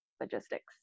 logistics